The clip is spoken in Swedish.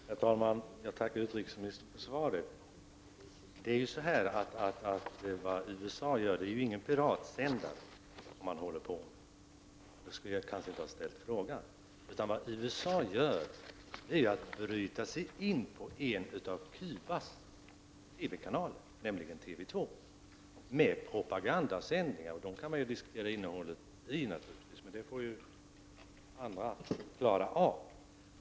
Herr talman! Jag tackar utrikesministern för svaret. Det är ju här inte fråga om några piratsändningar från USAs sida — i så fall skulle jag kanske inte ha ställt min fråga. Vad det här handlar om är i stället att USA bryter sig in på en av Cubas TV-kanaler, nämligen TV2, med propagandasändningar. Man kan naturligtvis diskutera innehållet i dessa sändningar, men det får andra klara av.